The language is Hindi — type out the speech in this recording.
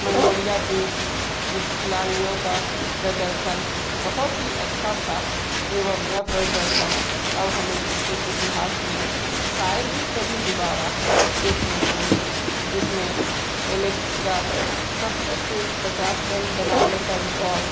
मंगोलिया के कुछ खिलाड़ियों का प्रदर्शन बहुत ही अच्छा था एवं यह प्रदर्शन अब हमें क्रिकेट इतिहास में शायद ही कभी दुबारा देखने को मिले जिस में अलेक्स का सब से तेज़ पचास रन बनाने का रिकॉर्ड